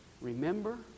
Remember